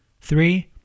Three